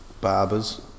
barbers